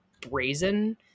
brazen